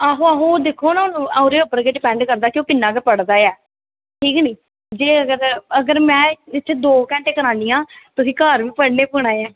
आहो आहो दिक्खो ना ओह्दे पर गै डिपैंड करदा की किन्ना गै पढ़दा ऐ ठीक ऐ नी ते अगर में उसी दौ घैंटे करानी आं ते उसी घर बी पढ़ना पौना ऐ